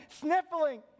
sniffling